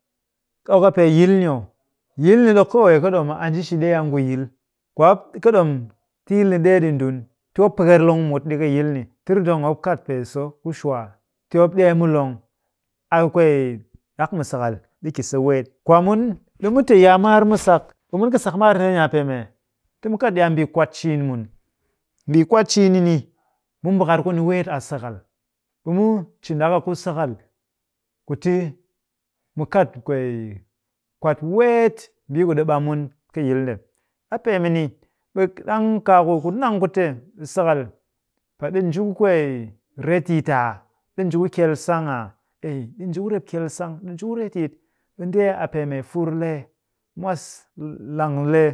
Ɗok a pee yil ni oh? Yil ni, koo wee kɨ ɗom a nji shi ɗee a ngu yil. Kwaamop kɨ ɗom ti yil ni ɗee ɗi ndun. Tin mop peker long mut ɗi kɨ yil ni. Ti rɨndong mu mop kat pee so ku shwaa. Ti mop ɗee mu long. A kwee ɗak mu sakal ɗi ki se weet. Kwaamun, ɗimu te a maar mu sak. ɓe mun kɨ sak maar ndeeni a pee mee? Ti mu kat ɗi a mbii kwat ciin mun. Mbii kwat ciin ni ni, mu mbakar kuni weet a sakal. ɓe mu cin ɗak a ku sakal kuti mu kat kwee kwat weet mbii ku ɗi ɓam mun kɨ yilnde. A pee mɨni, ɓe ɗang kaaku ku nang ku te sakal pa ɗi nji ku kwee retyit aa? Ɗi nji ku kyel sang aa? Ei, ɗi nji ku rep kyel sang. ɗi nji ku retyit. ɓe ndee a pee mee fur lee. Mwas, lang lee